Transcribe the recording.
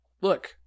look